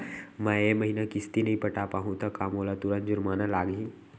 मैं ए महीना किस्ती नई पटा पाहू त का मोला तुरंत जुर्माना लागही?